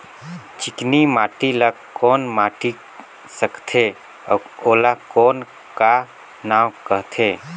चिकनी माटी ला कौन माटी सकथे अउ ओला कौन का नाव काथे?